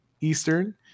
Eastern